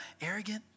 arrogant